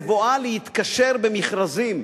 בבואה להתקשר במכרזים,